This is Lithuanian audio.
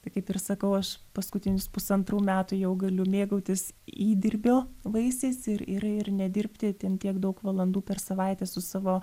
tai kaip ir sakau aš paskutinius pusantrų metų jau galiu mėgautis įdirbio vaisiais ir ir ir nedirbti ten tiek daug valandų per savaitę su savo